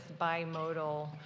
bimodal